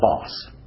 boss